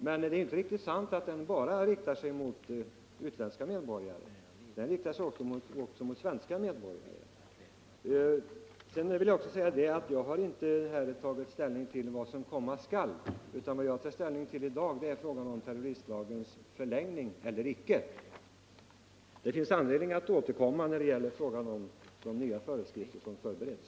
Men det är inte riktigt sant om man påstår att lagen bara riktar sig mot utländska medborgare, utan den riktar sig också mot svenska medborgare. Jag har här inte tagit ställning till vad som komma skall, utan bara till frågan om terroristlagens förlängning eller icke förlängning. Det finns anledning att återkomma när det gäller de nya föreskrifter som förbereds.